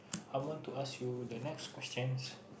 I want to ask you the next questions